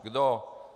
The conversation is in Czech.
Kdo?